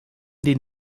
der